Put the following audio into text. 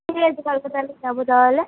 ঠিক আছে কালকে তাহলে যাবো তাহলে